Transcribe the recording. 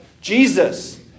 Jesus